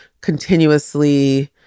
continuously